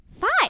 Five